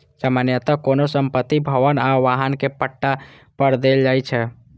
सामान्यतः कोनो संपत्ति, भवन आ वाहन कें पट्टा पर देल जाइ छै